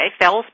Fells